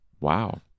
Wow